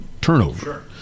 turnover